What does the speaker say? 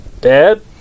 dad